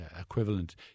equivalent